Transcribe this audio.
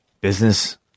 business